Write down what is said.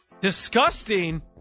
Disgusting